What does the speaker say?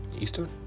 Eastern